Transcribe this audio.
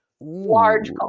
large